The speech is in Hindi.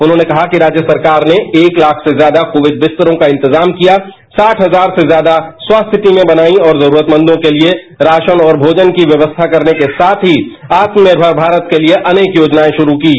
उन्होंने कहा कि राज्य सरकार ने एक ताख से ज्यादा कोविड बिस्तरों का इंतजाम किया साठ हजार से ज्यादा स्वास्थ्य टीमें बनाई और जरूरतमंदों के लिए राशन और भोजन की व्यवस्था करने के साथ ही आत्मनिर्भर भारत के लिए अनेक योजनाएं शुरू कीं